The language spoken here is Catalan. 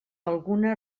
alguna